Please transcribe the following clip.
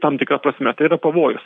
tam tikra prasme tai yra pavojus